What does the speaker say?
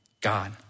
God